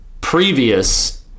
previous